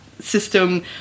system